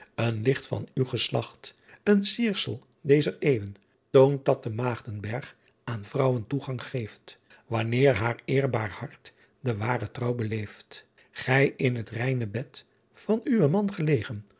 en licht van u geslacht een ciersel dezer eeuwen oont dat de aeghdenbergh aen vrouwen toeganck geeft anneer haer eerbaer hart de waere trou beleeft hy in het reyne bed van uwen man gelegen